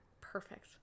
Perfect